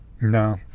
No